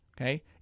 okay